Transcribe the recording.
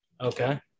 Okay